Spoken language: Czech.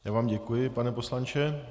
Já vám děkuji, pane poslanče.